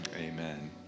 Amen